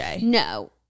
No